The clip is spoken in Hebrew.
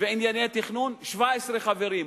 וענייני תכנון, 17 חברים.